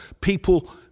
people